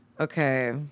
Okay